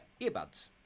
earbuds